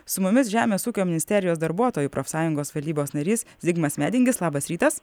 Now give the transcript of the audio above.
su mumis žemės ūkio ministerijos darbuotojų profsąjungos valdybos narys zigmas medingis labas rytas